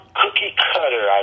cookie-cutter